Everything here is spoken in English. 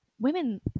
women